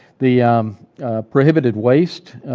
the um prohibited waste,